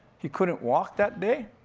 he couldn't walk that day.